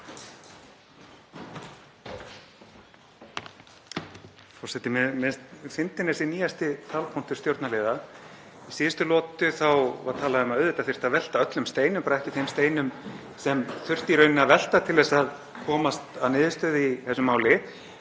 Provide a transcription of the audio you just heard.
Forseti. Mér finnst fyndinn þessi nýjasti talpunktur stjórnarliða. Í síðustu lotu var talað um að auðvitað þyrfti að velta öllum steinum, bara ekki þeim steinum sem þurfti í rauninni að velta til að komast að niðurstöðu í þessu máli.